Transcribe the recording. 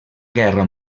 guerra